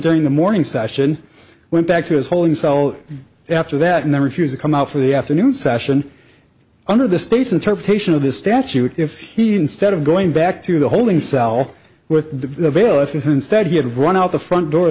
during the morning session went back to his holding cell after that and then refuse to come out for the afternoon session under the state's interpretation of the statute if he instead of going back to the holding cell with the bailiff instead he had run out the front door